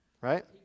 Right